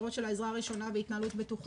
ההכשרות של העזרה הראשונה והתנהלות בטוחה.